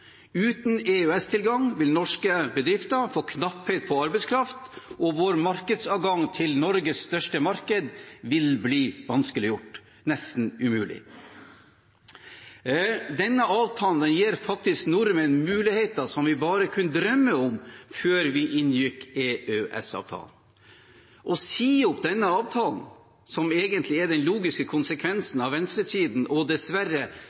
Uten EØS-tilgang vil norske bedrifter få knapphet på arbeidskraft, og vår markedsadgang til Norges største marked vil bli vanskeliggjort, nesten umulig. Denne avtalen gir faktisk nordmenn muligheter som vi bare kunne drømme om før vi inngikk EØS-avtalen. Å si opp denne avtalen, som egentlig er den logiske konsekvensen av venstresiden og dessverre